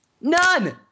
None